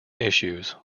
issues